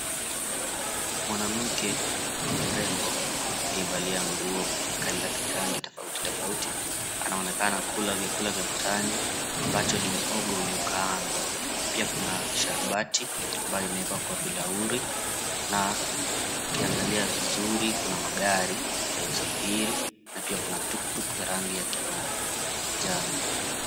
Mwanamke mrembo aliyevalia nguo ya rangi tofauti tofauti anaonekana kula vyakula vya mtaani ambacho ni muhongo uliokaangwa pia kuna sharubati ambayo imewekwa kwa bilauri na ukiangalia vizuri kuna magari ya usafiri na pia kuna tuktuk za rangi ya kimanjano.